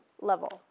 level